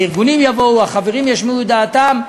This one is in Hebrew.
הארגונים יבואו, החברים ישמיעו את דעתם,